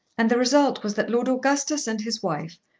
and the result was that lord augustus and his wife,